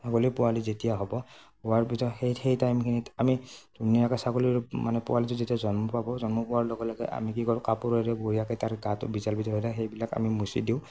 ছাগলী পোৱালি যেতিয়া হ'ব হোৱাৰ ভিতৰত সেই সেই টাইমখিনিত আমি ধুনীয়াকৈ ছাগলীৰ মানে পোৱালীটো যেতিয়া জন্ম পাব জন্ম পোৱাৰ লগে লগে আমি কি কৰো কাপোৰেৰে বঢ়ীয়াকৈ তাৰ গাঁটো বিজাল বিজল হৈ থাকে সেইবিলাক আমি মুচি দিওঁ